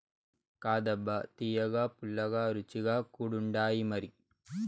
కాదబ్బా తియ్యగా, పుల్లగా, రుచిగా కూడుండాయిమరి